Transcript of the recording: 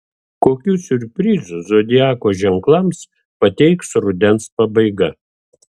kokių siurprizų zodiako ženklams pateiks rudens pabaiga